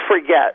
forget